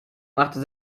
machte